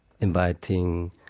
inviting